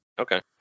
Okay